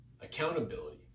accountability